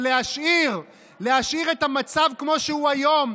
אבל להשאיר את המצב כמו שהוא היום,